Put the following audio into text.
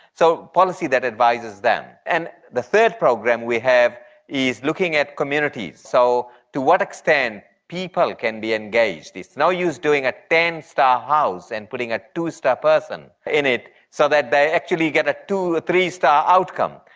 so policy that advises them. and the third program we have is looking at communities. so to what extent people can be engaged. it's no use doing a ten star house and putting a two-star person in it, so that they actually get a two or three-star outcome.